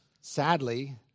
Sadly